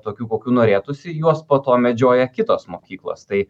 tokių kokių norėtųsi juos po to medžioja kitos mokyklos tai